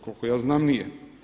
Koliko ja znam nije.